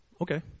Okay